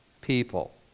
people